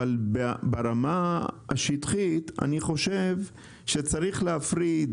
אבל ברמה השטחית אני חושב שצריך להפריד